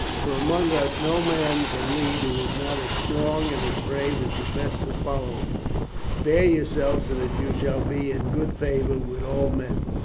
for among us no man can lead who is not as strong and as brave as the best who follow him. bear yourself so that you shall be in good favour with all men.